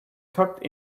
tucked